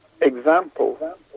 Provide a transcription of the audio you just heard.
example